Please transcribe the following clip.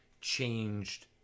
changed